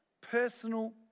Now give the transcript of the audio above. personal